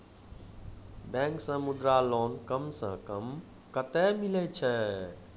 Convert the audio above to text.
Bank से Mudra loan कम सऽ कम कतैय मिलैय छै?